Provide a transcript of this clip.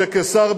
אמרת שתפיל את